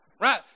right